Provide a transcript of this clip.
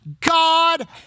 God